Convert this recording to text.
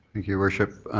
your worship.